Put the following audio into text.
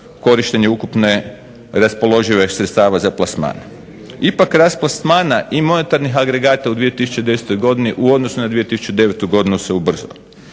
korištenje ukupne raspoloživih sredstava za plasman. Ipak rast plasmana i monetarnih agregata u 2010. godini u odnosu na 2009. godinu se ubrzao.